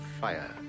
fire